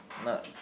not